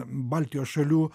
baltijos šalių